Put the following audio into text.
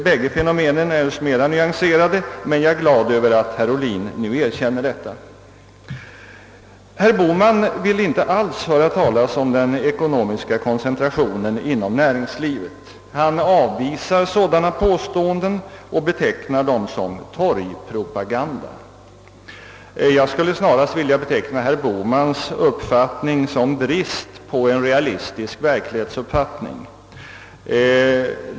Båda fenomenen är något mer nyanserade, och jag är glad över att herr Ohlin nu erkänner detta. Herr Bohman vill inte alls höra talas om den ekonomiska koncentrationen inom näringslivet. Han avvisar sådana påståenden och betecknar dem som »torgpropaganda». Jag skulle snarast vilja beteckna herr Bohmans uppfattning som brist på realism.